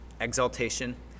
exaltation